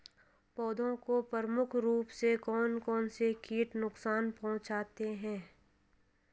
पौधों को प्रमुख रूप से कौन कौन से कीट नुकसान पहुंचाते हैं?